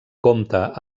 compta